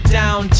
down